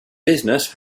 business